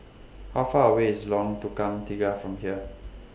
How Far away IS Lorong Tukang Tiga from here